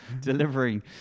delivering